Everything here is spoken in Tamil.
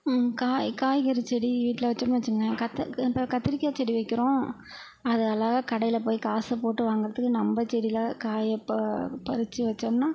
காய் காய்கறி செடி வீட்டில் வெச்சோம்ன்னு வச்சுங்களேன் கத்த கத் கத்திரிக்காய் செடி வைக்குறோம் அது அழகா கடையில் போய் காசு போட்டு வாங்கறதுக்கு நம்ப செடியில காயை ப பறிச்சு வச்சோம்னா